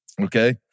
okay